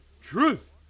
Truth